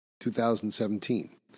2017